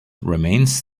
remains